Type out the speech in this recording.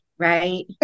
Right